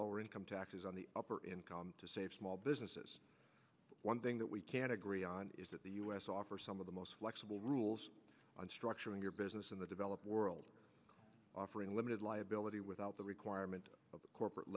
lower income taxes on the upper income to save small businesses one thing that we can agree on is that the u s offer some of the most flexible the rules on structuring your business in the developed world offering limited liability without the requirement of corporate